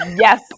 Yes